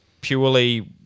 purely